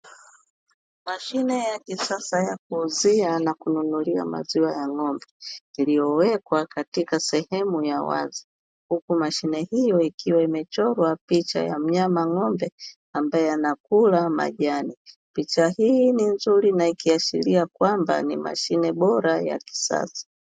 Mashine ya kisasa ya kuuzia na kununulia maziwa ya ng'ombe iliyowekwa katika sehemu ya wazi, huku mashine hiyo ikiwa imechorwa picha ya mnyama ng'ombe ambae anakula majani. Picha hii ni nzuri na ikiashiria kwamba ni mashine bora ya kisasa.